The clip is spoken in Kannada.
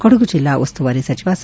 ಕೊಡಗು ಜಿಲ್ಲಾ ಉಸ್ತುವಾರಿ ಸಚಿವ ಸಾ